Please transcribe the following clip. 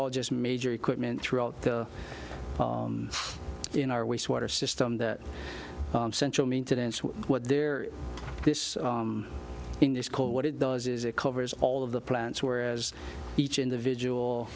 all just major equipment throughout the in our wastewater system that central maintenance what their this in this call what it does is it covers all of the plants whereas each individual